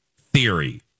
theory